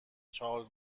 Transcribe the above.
چارلز